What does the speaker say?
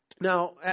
Now